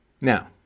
Now